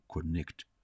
connect